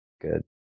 good